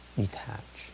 detach